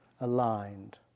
aligned